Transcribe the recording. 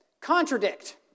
Contradict